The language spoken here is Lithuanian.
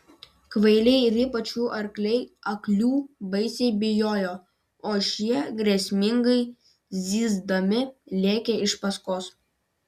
kvailiai ir ypač jų arkliai aklių baisiai bijojo o šie grėsmingai zyzdami lėkė iš paskos